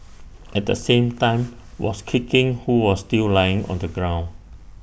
at the same time was kicking who was still lying on the ground